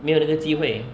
没有这个机会